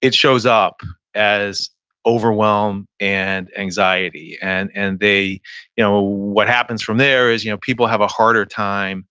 it shows up as overwhelm and anxiety. and and you know what happens from there is you know people have a harder time